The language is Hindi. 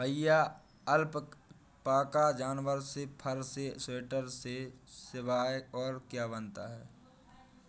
भैया अलपाका जानवर के फर से स्वेटर के सिवाय और क्या बनता है?